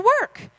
work